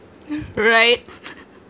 right